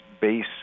base